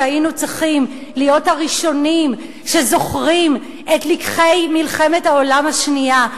שהיינו צריכים להיות הראשונים שזוכרים את לקחי מלחמת העולם השנייה,